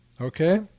Okay